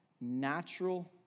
natural